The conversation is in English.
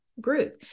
group